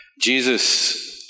Jesus